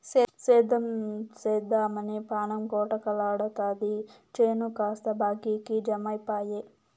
సేద్దెం సేద్దెమని పాణం కొటకలాడతాది చేను కాస్త బాకీకి జమైపాయె